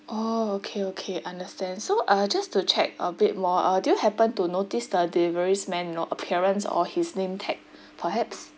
oh okay okay understand so uh just to check a bit more uh do you happen to notice the delivery's man appearance or his name tag perhaps